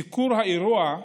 לשאלתך, סיקור האירוע,